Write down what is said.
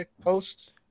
post